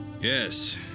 Yes